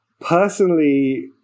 personally